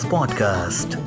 Podcast